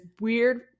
weird